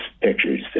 pictures